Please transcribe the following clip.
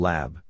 Lab